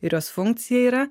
ir jos funkcija yra